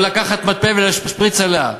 או לקחת מטפה ולהשפריץ עליה,